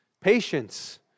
patience